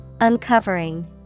Uncovering